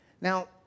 Now